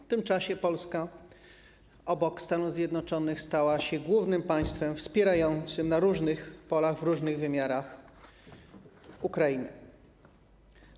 W tym czasie Polska obok Stanów Zjednoczonych stała się głównym państwem wspierającym na różnych polach, w różnych wymiarach Ukrainę.